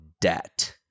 debt